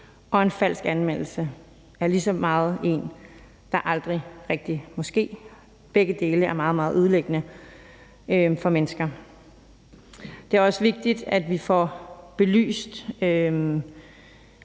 og en falsk anmeldelse er lige så meget en, der aldrig rigtig må ske. Begge dele er meget, meget ødelæggende for mennesker. Det er også vigtigt, at vi får belyst